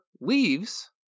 leaves